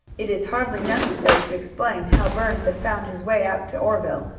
it is hardly necessary to explain how burns had found his way out to oreville.